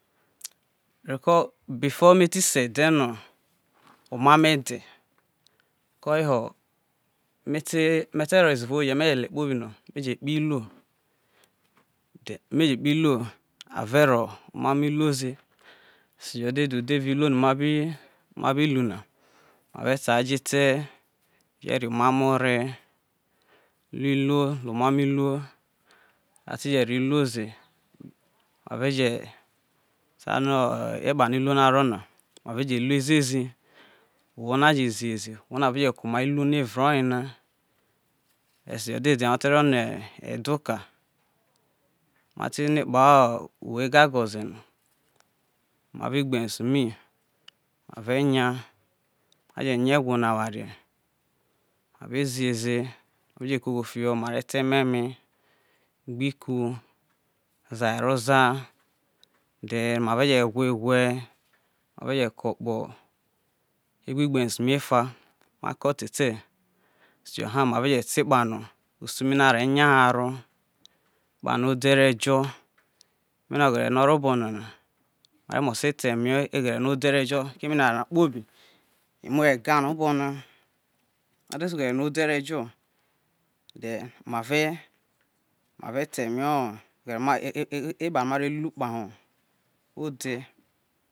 Reko before me ti se e̱de̱ no omamo e̱de̱ koye ho me te ro zie era oyoye me̱ je le ze kpobi no ane je kpo iluo teme iluo a re ro emomo iwo ze̱, ese jo dede ude vie iluo no ma bi lu na mere se je o̱ ete rio emamo ore re luo re omomo iluo. A te je ro̱, mo ze are je ta no ekpa no iluo na ro na mare je lue zie zi owho no je zi he ze na re je ko mai iluo no evre oyena eiyo dede na o̱te ro̱ no e̱do ka ma te no kpao uwo egago ze no maro igbensu mi mare nya, ma je nya ewo na warie mere ze ye ze mare koko fio ma re̱ to ememe gbe iku za ero za then mare je gwe ewe are je ko kpo egbe igbe ri su mi efa ma te te ese jo ha ma re ba ta ekpano usu mi na ro nya ha ro, ekpa no ode re jo, keme no oghere no oro obo nana mare mase ta eme oghere no ode re jo keme eware na muo e̱ga no obo no, ma te to oghere no̱ ode̱ re̱ jo̱ no tehen ma re ta ema o̱ ekpano ma re lu kpa no ode̱.